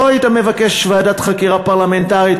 לא היית מבקש ועדת חקירה פרלמנטרית,